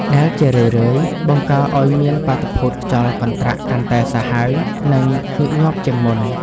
ដែលជារឿយៗបង្កឱ្យមានបាតុភូតខ្យល់កន្ត្រាក់កាន់តែសាហាវ និងញឹកញាប់ជាងមុន។